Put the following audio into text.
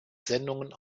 sendungen